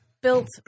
built